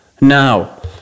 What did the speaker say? Now